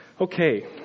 Okay